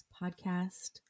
Podcast